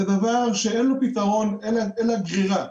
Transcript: זה דבר שאין לו פתרון אלא גרירה.